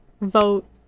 Vote